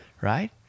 right